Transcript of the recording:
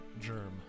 germ